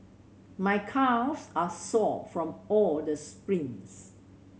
my calves are sore from all the sprints